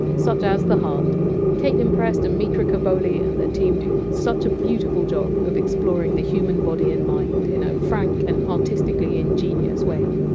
such as the heart kaitlin prest and mitra kaboli and their team do such a beautiful job of exploring the human body and mind in a frank and artistically ingenious way.